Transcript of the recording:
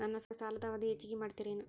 ನನ್ನ ಸಾಲದ ಅವಧಿ ಹೆಚ್ಚಿಗೆ ಮಾಡ್ತಿರೇನು?